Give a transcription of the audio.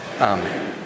Amen